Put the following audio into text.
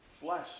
flesh